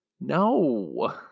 no